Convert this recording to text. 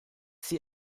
sie